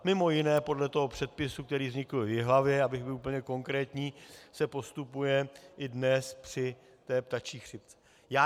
Mimo jiné, podle toho předpisu, který vznikl v Jihlavě, abych byl úplně konkrétní, se postupuje i dnes při té ptačí chřipce.